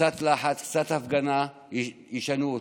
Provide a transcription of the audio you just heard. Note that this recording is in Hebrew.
קצת לחץ, קצת הפגנה ישנו אותם.